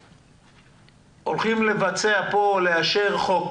שאנחנו הולכים לאשר חוק